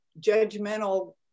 judgmental